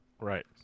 right